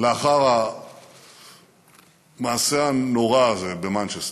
לאחר המעשה הנורא הזה במנצ'סטר,